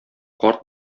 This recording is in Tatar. карт